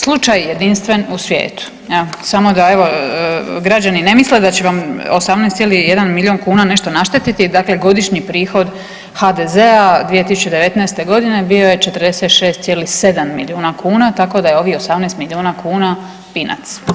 Slučaj je jedinstven u svijetu jel, samo da evo građani ne misle da će vam 18,1 milijun kuna nešto naštetiti, dakle godišnji prihod HDZ-a 2019.g. bio je 46,7 milijuna kuna, tako da je ovih 18 milijuna kuna pinac.